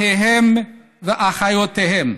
אחיהם ואחיותיהם,